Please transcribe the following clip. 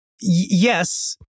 Yes